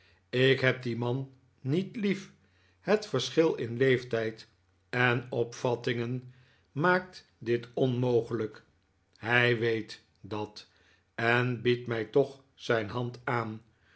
ik heb dien man niet lief het verschil in leeftijd en opvattingen maakt dit onmogelijk hij weet dat en biedt mij toch zijn hand aan